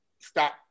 Stop